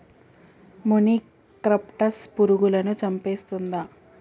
మొనిక్రప్టస్ పురుగులను చంపేస్తుందా?